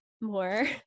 more